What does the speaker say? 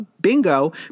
bingo